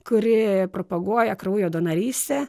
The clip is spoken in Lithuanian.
kuri propaguoja kraujo donorystę